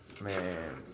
man